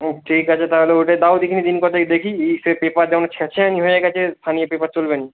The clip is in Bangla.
হুম ঠিক আছে তাহলে ওটাই দাও দেখিনি দিনকতক দেখি এ সে পেপার যেমন ছ্যারছ্যারানি হয়ে গিয়েছে স্থানীয় পেপার চলবে না